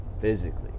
physically